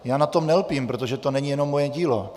Já na tom nelpím, protože to není jenom moje dílo.